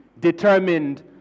determined